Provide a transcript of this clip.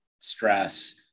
stress